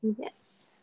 Yes